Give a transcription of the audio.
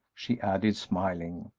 she added, smiling,